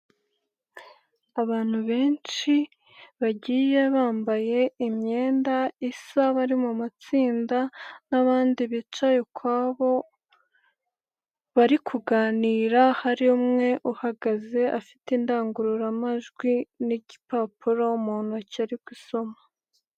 Abantu benshi bagiye bambaye imyenda isa, bari mu matsinda n'abandi bicayekwabo bari kuganira, hari umwe uhagaze afite indangururamajwi n'igipapuro mu ntoki ari gusoma.